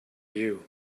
you